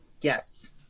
yes